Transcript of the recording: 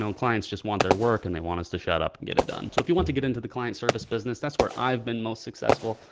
um clients just want their work and they want us to shut up and get it done. so if you want to get into the client service business, that's where i've been most successful.